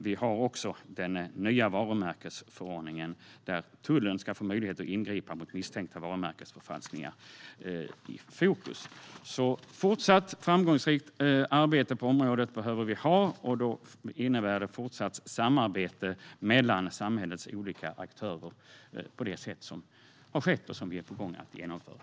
Vi har också den nya varumärkesförordningen, som ska ge tullen möjlighet att ingripa mot misstänkta varumärkesförfalskningar, i fokus. Fortsatt framgångsrikt arbete på området behöver vi ha, och det innebär fortsatt samarbete mellan samhällets olika aktörer på det sätt som har skett och som vi är på gång med att genomföra.